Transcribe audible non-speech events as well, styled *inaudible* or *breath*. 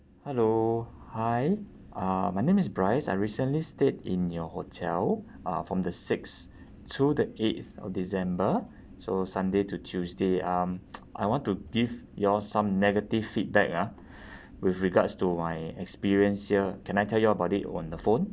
hello hi uh my name is bryce I recently stayed in your hotel uh from the sixth to the eighth of december so sunday to tuesday um *noise* I want to give y'all some negative feedback ah *breath* with regards to my experience here can I tell y'all about it on the phone